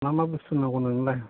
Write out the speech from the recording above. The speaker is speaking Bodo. मा मा बस्थु नांगौ नोंनोलाय